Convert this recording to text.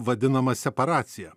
vadinama separacija